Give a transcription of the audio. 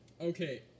Okay